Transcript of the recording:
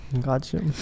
gotcha